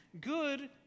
good